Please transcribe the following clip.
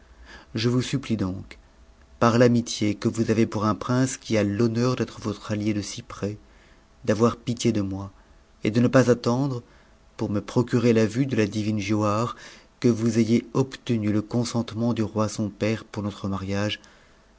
je vous supplie donc par t'amitic nue you avez pour un prince qui a l'honneur d'être votre allié de si près d'avoir pitié de moi et de ne pas attendre pour me procurer la vue de ta dinn giauhare que vous ayez obtenu le consentement du roi son père nom notre mariage